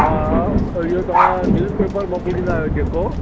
हा इहो तव्हां न्यूज़पेपर मोकिलींदा आहियो जेको